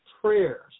prayers